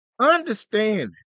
understanding